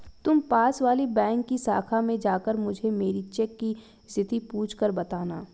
तुम पास वाली बैंक की शाखा में जाकर मुझे मेरी चेक की स्थिति पूछकर बताना